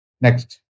Next